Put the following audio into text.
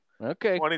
Okay